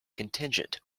contingent